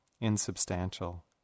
insubstantial